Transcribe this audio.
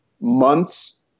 months